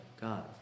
God